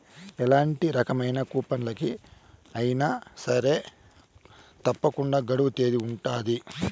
ఎలాంటి రకమైన కూపన్లకి అయినా సరే తప్పకుండా గడువు తేదీ ఉంటది